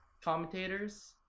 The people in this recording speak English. commentators